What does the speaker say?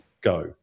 Go